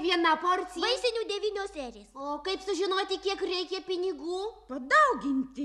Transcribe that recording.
viena porcija vaisinių devynios serijos o kaip sužinoti kiek reikia pinigų padauginti